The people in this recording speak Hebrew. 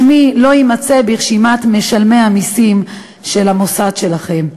שמי לא יימצא ברשימת משלמי המסים של המוסד שלכם.